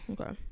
Okay